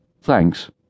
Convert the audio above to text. Thanks